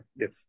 yes